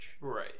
right